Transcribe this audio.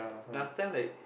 last time like